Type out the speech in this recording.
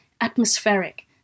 atmospheric